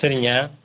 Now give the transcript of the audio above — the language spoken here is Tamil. சரிங்க